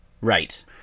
Right